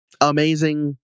Amazing